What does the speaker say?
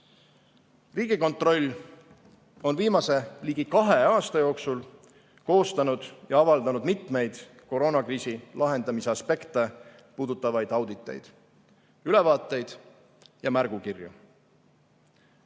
Riigikontroll on viimase ligi kahe aasta jooksul koostanud ja avaldanud mitmeid koroonakriisi lahendamise aspekte puudutavaid auditeid, ülevaateid ja märgukirju.